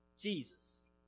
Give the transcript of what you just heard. Jesus